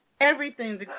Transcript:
Everything's